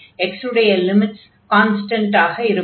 x உடைய limits constant ஆக இருக்கும்